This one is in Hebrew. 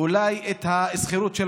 מענק הוצאות קבועות.